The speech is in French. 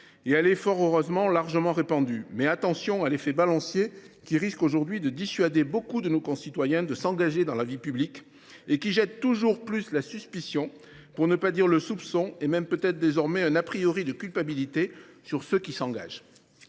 elle est fort heureusement largement répandue. Mais attention à l’effet de balancier, qui risque de dissuader beaucoup de nos concitoyens de s’investir dans la vie publique et qui jette toujours plus la suspicion, pour ne pas dire le soupçon, voire peut être désormais un de culpabilité, sur ceux qui s’engagent.